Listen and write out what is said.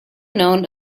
known